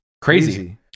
Crazy